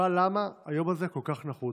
למה היום הזה כל כך נחוץ.